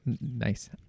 Nice